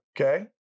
Okay